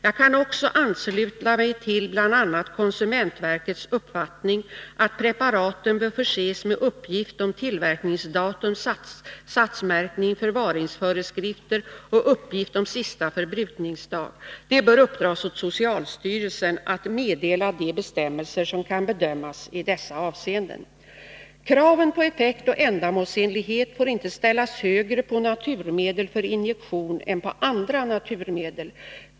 Jag kan också ansluta mig till bl.a. konsumentverkets uppfattning att preparaten bör förses med uppgift om tillverkningsdatum, satsmärkning, förvaringsföreskrifter och uppgift om sista förbrukningsdag. Det bör uppdras åt socialstyrelsen att meddela de bestämmelser som kan behövas i dessa avseenden. Kraven på effekt och ändamålsenlighet får inte ställas högre på naturmedel för injektion än på andra naturmedel.